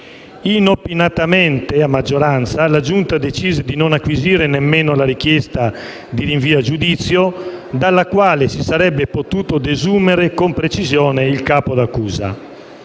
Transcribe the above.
Inopinatamente, la Giunta decise a maggioranza di non acquisire nemmeno la richiesta di rinvio a giudizio, dalla quale si sarebbe potuto desumere con precisione il capo di accusa.